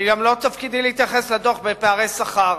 גם לא תפקידי להתייחס לדוח על פערי שכר.